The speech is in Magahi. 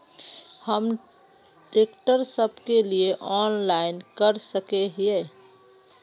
हम ट्रैक्टर सब के लिए ऑनलाइन कर सके हिये?